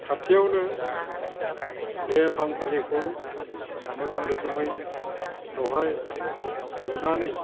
खाथियावनो देहा फाहामसालिखौ मोजां रोखोमै बेवहाय लुनानै